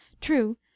True